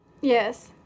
Yes